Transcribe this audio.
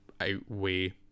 outweigh